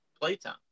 playtime